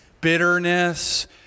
Bitterness